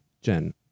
Jen